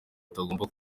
atagomba